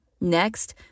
Next